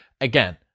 again